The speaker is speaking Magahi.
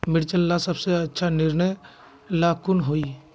मिर्चन ला सबसे अच्छा निर्णय ला कुन होई?